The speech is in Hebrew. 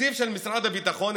התקציב של משרד הביטחון,